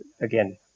again